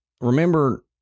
remember